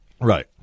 right